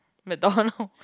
McDonald